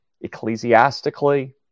ecclesiastically